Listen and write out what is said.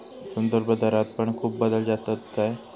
संदर्भदरात पण खूप बदल जातत काय?